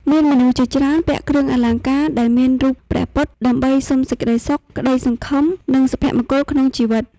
មានមនុស្សជាច្រើនពាក់គ្រឿងអលង្ការដែលមានរូបព្រះពុទ្ធ ដើម្បីសុំសេចក្ដីសុខ ក្តីសង្ឃឹម និងសុភមង្គលក្នុងជីវិត។